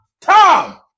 tom